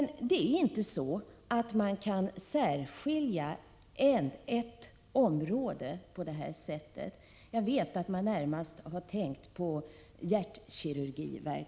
Jag vet att man närmast har tänkt på hjärtkirurgiverksamheten, men man kan inte på det sättet särskilja ett bestämt område.